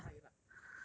as in ya lah ya lah